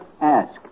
ask